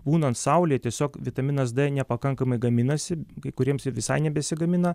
būnant saulėj tiesiog vitaminas d nepakankamai gaminasi kai kuriems ir visai nebesigamina